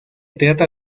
trata